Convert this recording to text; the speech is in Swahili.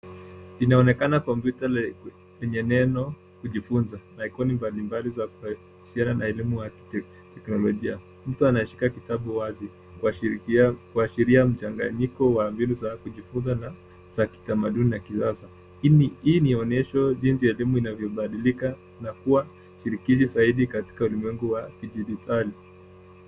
Inaonekana kompyuta yenye neno kujifunza na ikoni mbalimbali za kuhusiana na elimu ya kiteknolojia. Mtu anashika kitabu wazi, kuashiria mchanganyiko wa mbinu za kujifunza za kitamaduni na kisasa. Hii ni onyesho jinsi elimu inavyobadilika na kuwa shirikishi zaidi katika ulimwengu wa kidijitali.